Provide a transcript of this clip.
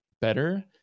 better